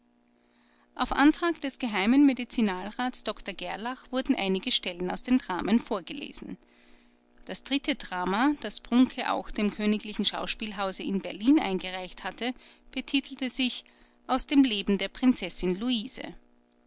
auf antrag des geh med rats dr gerlach wurden einige stellen aus den dramen verlesen das dritte drama das brunke auch dem königlichen schauspielhause in berlin eingereicht hatte betitelte sich aus dem leben der prinzessin luise